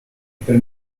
per